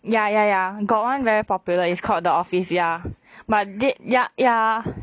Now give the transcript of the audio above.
ya ya ya got one very popular it's called the office ya but they ya ya